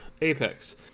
Apex